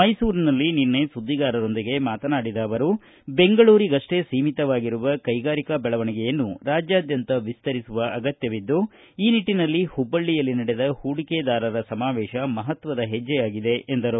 ಮೈಸೂರಿನಲ್ಲಿ ನಿನ್ನೆ ಸುದ್ದಿಗಾರರೊಂದಿಗೆ ಮಾತನಾಡಿದ ಅವರು ಬೆಂಗಳೂರಿಗಷ್ಟೇ ಸಿಮಿತವಾಗಿರುವ ಕೈಗಾರಿಕಾ ಬೆಳವಣಿಗೆಯನ್ನು ರಾಜ್ಯಾದ್ಯಂತ ವಿಸ್ತರಿಸುವ ಅಗತ್ಯವಿದ್ದು ಈ ನಿಟ್ಟಿನಲ್ಲಿ ಹುಬ್ಬಳ್ಳಿಯಲ್ಲಿ ನಡೆದ ಹೂಡಿಕೆದಾರರ ಸಮಾವೇಶ ಮಹತ್ವದ ಹೆಜ್ಜೆಯಾಗಿದೆ ಎಂದರು